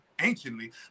anciently